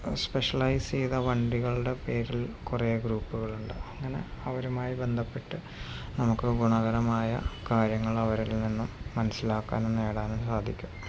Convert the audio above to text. specialise ചെയ്ത വണ്ടികളുടെ പേരിൽ കുറേ ഗ്രൂപ്പുകൾ ഉണ്ട് അവരുമായി ബന്ധപ്പെട്ട് നമുക്ക് ഗുണകരമായ കാര്യങ്ങൾ അവരിൽ നിന്നും മനസ്സിലാക്കാനും നേടാനും സാധിക്കും